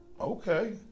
okay